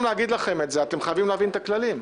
זה נראה לי קשקוש לפי ההבנה הכלכלית שלי.